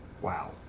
Wow